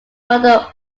model